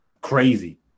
crazy